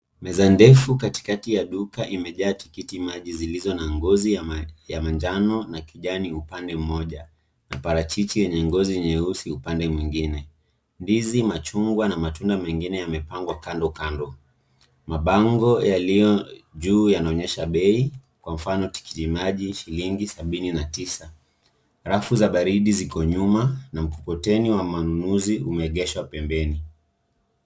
Meza ndefu katikati ya duka imejaa tikiti maji zilizo na ngozi ya manjano na kijani upande mmoja na parachichi yenye ngozi nyeusi upande mwingine. Ndizi, machungwa na matunda mengine yamepangwa kando kando. Mabango yaliyo juu yanaonyesha bei, kwa mfano tikitiki maji ni shilingi sabini na tisa. Rafu za baridi ziko nyuma na mkokoteni wa manunuzi umeegeshwa pembeni.